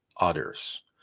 others